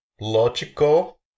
logical